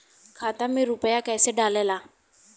खाता में रूपया कैसे डालाला?